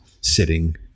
sitting